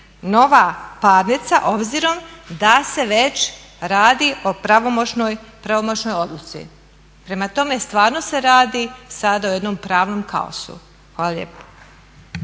nova parnica obzirom da se već radi o pravomoćnoj odluci. Prema tome, stvarno se radi sada o jednom pravnom kaosu. Hvala lijepa.